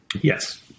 Yes